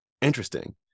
interesting